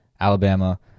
Alabama